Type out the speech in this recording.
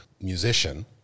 musician